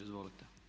Izvolite.